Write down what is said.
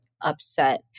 upset